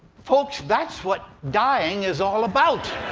folks, that's what dying is all about!